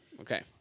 Okay